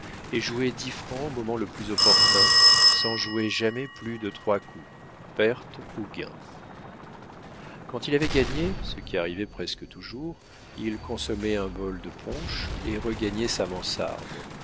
et jouait dix francs au moment le plus opportun sans jouer jamais plus de trois coups perte ou gain quand il avait gagné ce qui arrivait presque toujours il consommait un bol de punch et regagnait sa mansarde